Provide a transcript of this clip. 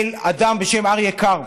של אדם בשם אריה קרפ,